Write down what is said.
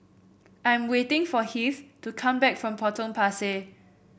I am waiting for Heath to come back from Potong Pasir